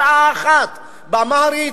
שעה אחת באמהרית,